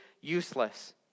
useless